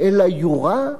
אלא יורע?